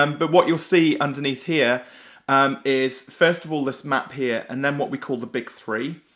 um but what you'll see underneath here is first of all this map here, and then what we call the big three,